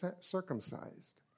circumcised